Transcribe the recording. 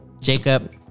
Jacob